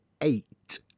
eight